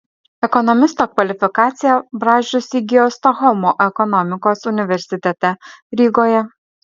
ekonomisto kvalifikaciją brazdžius įgijo stokholmo ekonomikos universitete rygoje